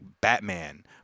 Batman